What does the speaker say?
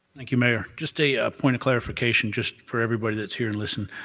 thank you, mayor. just a point of clarification, just for everybody that's here listening.